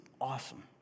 awesome